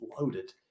loaded